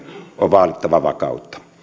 on vaalittava vakautta